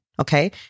okay